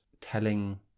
telling